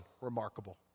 remarkable